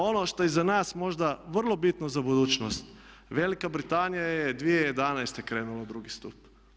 Ono što je i za nas možda vrlo bitno za budućnost Velika Britanija je 2011. krenula u drugi stup.